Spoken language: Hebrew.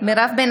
איתמר בן